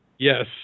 Yes